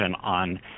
on